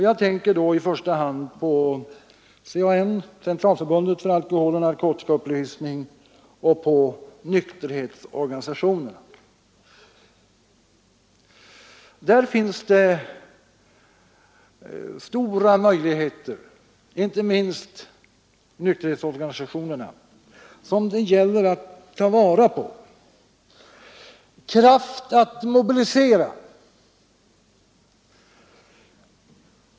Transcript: Jag tänker då i första hand på CAN, Centralförbundet för alkoholoch narkotikaupplysning, och på nykterhetsorganisationerna. Det finns där, inte minst inom nykterhetsorganisationerna, stora möjligheter som det gäller att ta vara på. Där finns kraft att mobilisera.